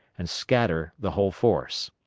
and scatter the whole force.